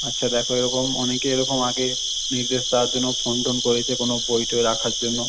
আচ্ছা দেখো এরকম অনেকে এরকম আগে নির্দেশ পাওয়ার জন্য ফোন টোন করেছে কোনো বই টই রাখার জন্য